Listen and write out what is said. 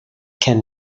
can